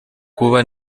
kuba